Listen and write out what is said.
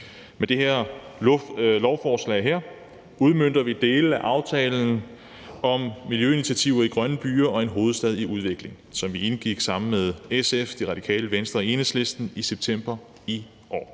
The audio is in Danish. Med det her lovforslag udmønter vi dele af aftalen om miljøinitiativer i grønne byer og en hovedstad i udvikling, som vi indgik sammen med SF, Radikale Venstre og Enhedslisten i september i år.